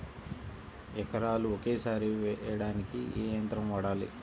ఎకరాలు ఒకేసారి వేయడానికి ఏ యంత్రం వాడాలి?